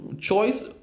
Choice